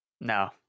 no